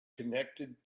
connected